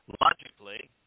logically